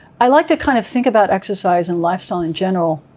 i like to kind of think about exercise and lifestyle in general.